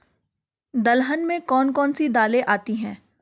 दलहन में कौन कौन सी दालें आती हैं?